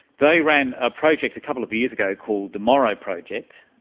they ran a project couple of years ago called the morrow project,